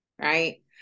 right